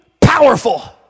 powerful